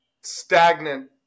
stagnant